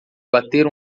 bater